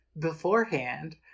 beforehand